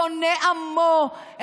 שונא עמו,